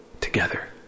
together